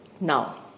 Now